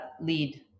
lead